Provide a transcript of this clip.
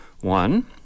One